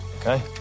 Okay